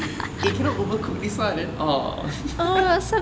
eh cannot over cook this one then orh